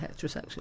heterosexual